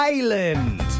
Island